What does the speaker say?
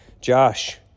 Josh